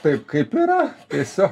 taip kaip yra tiesiog